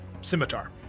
scimitar